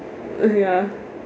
ya